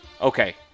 okay